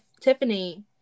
Tiffany